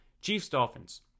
Chiefs-Dolphins